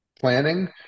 planning